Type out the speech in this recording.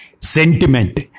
sentiment